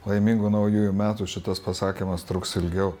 laimingų naujųjų metų šitas pasakymas truks ilgiau